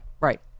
Right